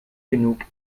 genug